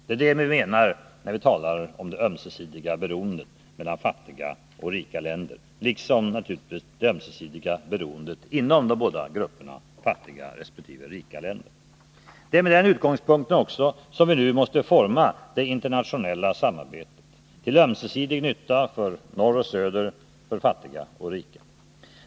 Det är det vi menar när vi talar om det ömsesidiga beroendet mellan fattiga och rika länder, liksom naturligtvis inom de båda grupperna fattiga resp. rika länder. Det är också med den utgångspunkten som vi nu måste forma det internationella samarbetet till ömsesidig nytta för norr och söder, för fattiga och rika.